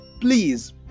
please